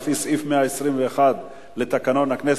לפי סעיף 121 לתקנון הכנסת,